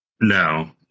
No